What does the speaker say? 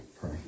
pray